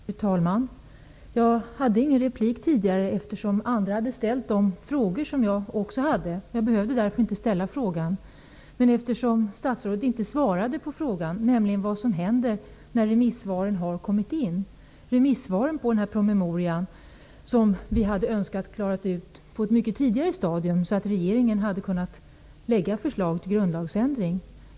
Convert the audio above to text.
Fru talman! Jag hade ingen replik tidigare eftersom andra hade ställt de frågor som jag också undrade över. Jag behövde därför inte ställa dem. Men statsrådet svarade inte på frågan om vad som händer när remissvaren på den här promemorian kommer in. Vi hade önskat att detta hade klarats ut på ett mycket tidigare stadium så att regeringen hade kunnat lägga fram ett förslag till grundlagsändring.